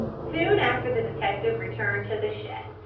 soon after the detective returned to the shed,